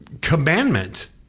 commandment